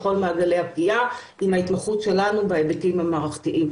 בכל מעגלי הפגיעה עם ההתמחות שלנו בהיבטים המערכתיים.